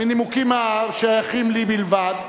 מנימוקים השייכים לי בלבד,